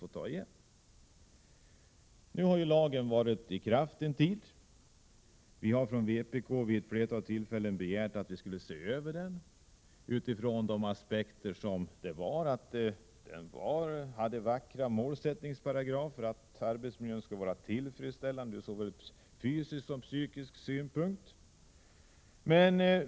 Lagen har nu varit i kraft en tid. Vi har från vpk vid ett flertal tillfällen begärt att den skall ses över — utifrån aspekterna att den hade vackra målsättningsparagrafer, nämligen att arbetsmiljön skulle vara tillfredsställande från såväl psykisk som fysisk synpunkt.